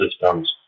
systems